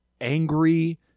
angry